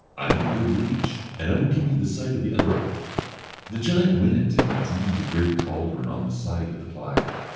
i am a good leech, and i will give you the sight of the other eye the giant went and he drew the great caldron on the site of the fire.